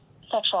sexual